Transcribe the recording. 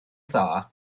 dda